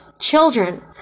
children